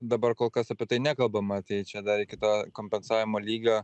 dabar kol kas apie tai nekalbama tai čia dar iki to kompensavimo lygio